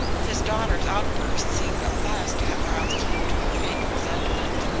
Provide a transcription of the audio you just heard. his daughter's outburst seemed at last to have roused him to a faint resentment.